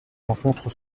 rencontre